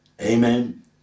Amen